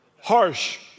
Harsh